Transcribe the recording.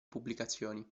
pubblicazioni